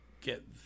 get